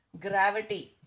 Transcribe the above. gravity